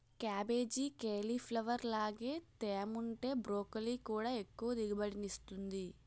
cabbage, cauliflower లాగే తేముంటే broccoli కూడా ఎక్కువ దిగుబడినిస్తుంది